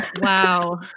Wow